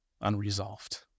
unresolved